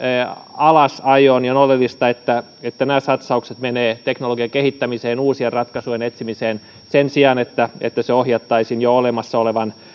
alasajoon niin on oleellista että että nämä satsaukset menevät teknologian kehittämiseen ja uusien ratkaisujen etsimiseen sen sijaan että ne ohjattaisiin jo olemassa olevaan